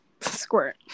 squirt